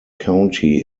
county